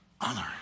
Honor